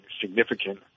significant